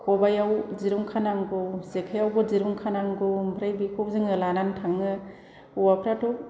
ख'बायाव दिरुं खानांगौ जेखायावबो दिरुं खानांगौ ओमफ्राय बेखौ जोङो लानानै थांङो हौवाफ्राथ'